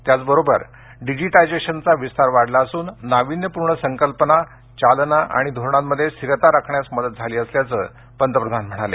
त्याबरोबरच डिजिटायझेशनचा विस्तार वाढला असून नावीन्यपूर्ण कल्पनांना चालना आणि धोरणांमध्ये स्थिरता राखण्यास मदत झाली असल्याचं पंतप्रधान म्हणाले